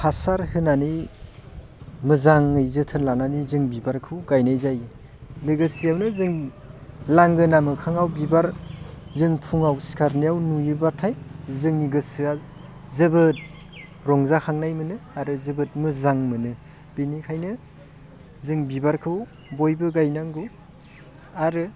हासार होनानै मोजाङै जोथोन लानानै जों बिबारखौ गायनाय जायो लोगोसेयावनो जों लांगोना मोखाङाव बिबार जों फुङाव सिखारनायाव नुयोब्लाथाय जोंनि गोसोआ जोबोद रंजाखांनाय मोनो आरो जोबोद मोजां मोनो बिनिखायनो जों बिबारखौ बयबो गायनांगौ आरो